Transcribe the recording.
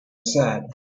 said